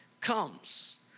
comes